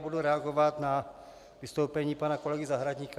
Budu reagovat na vystoupení pana kolegy Zahradníka.